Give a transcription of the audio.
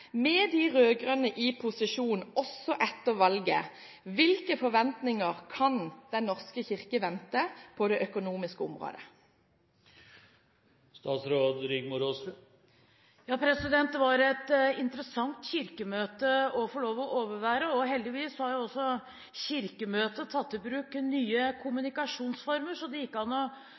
Med de rød-grønne i posisjon også etter valget, hvilke forventninger kan Den norske kirke ha på det økonomiske området? Det var et interessant kirkemøte å få lov til å overvære. Heldigvis har også Kirkemøtet tatt i bruk nye kommunikasjonsformer. Det gikk an å følge Kirkemøtet, selv om man ikke